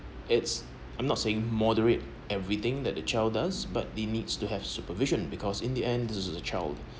it's I'm not saying moderate everything that the child does but they needs to have supervision because in the end this is a child